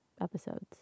episodes